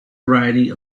variety